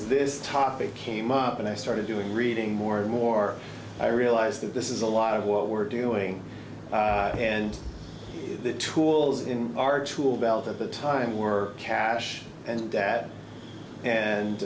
this topic came up and i started doing reading more and more i realized that this is a lot of what we're doing and the tools in our tool belt at the time were cash and dad and